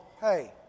hey